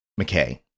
McKay